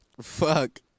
Fuck